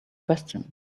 question